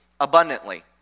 abundantly